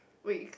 wait